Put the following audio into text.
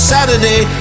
Saturday